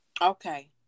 Okay